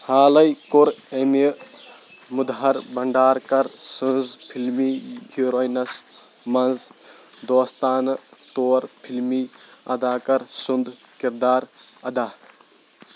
حالے كوٚر امہِ مدُھر بھنٛڈارکر سٕنٛز فِلمی ہیروینس منٛز دوستانہٕ طور فِلمی اداکر سُند کِردار ادا